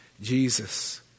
Jesus